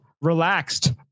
relaxed